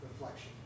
reflection